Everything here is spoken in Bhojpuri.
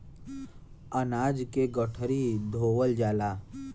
अनाज के गठरी धोवल जाला